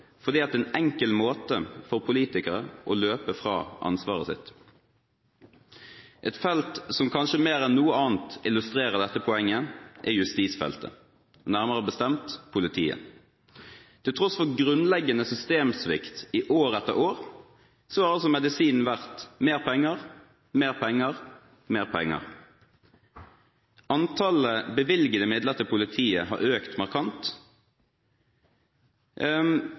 fordi det er en enkel måte for politikere å løpe fra ansvaret sitt på. Et felt som kanskje mer enn noe annet illustrerer dette poenget, er justisfeltet, nærmere bestemt politiet. Til tross for grunnleggende systemsvikt i år etter år har altså medisinen vært mer penger, mer penger, mer penger. Antall bevilgede midler til politiet har økt markant,